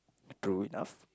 true enough